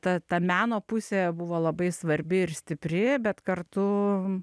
ta ta meno pusė buvo labai svarbi ir stipri bet kartu